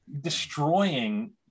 destroying